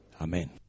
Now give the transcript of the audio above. Amen